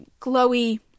glowy